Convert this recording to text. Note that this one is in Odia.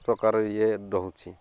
ପ୍ରକାର ଇଏ ରହୁଛି